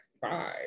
five